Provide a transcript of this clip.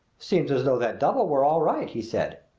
seems as though that double were all right, he said.